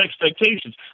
expectations